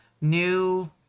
new